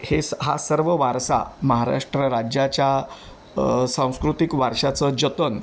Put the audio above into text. हे स हा सर्व वारसा महाराष्ट्र राज्याच्या सांस्कृतिक वारशाचं जतन